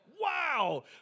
Wow